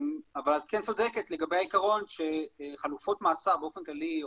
את צודקת לגבי העיקרון שחלופות מאסר באופן כללי,